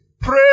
pray